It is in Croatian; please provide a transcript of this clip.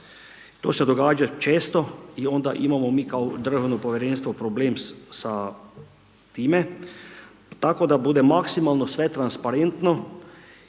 To se događa često i onda imamo mi kao državno povjerenstvo problem sa time tako da bude maksimalno sve transparentno